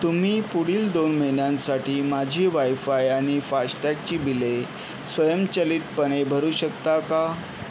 तुम्ही पुढील दोन महिन्यांसाठी माझी वायफाय आणि फास्टॅगची बिले स्वयंचलितपणे भरू शकता का